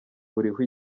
uriho